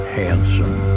handsome